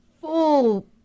full